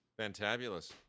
Fantabulous